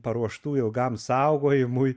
paruoštų ilgam saugojimui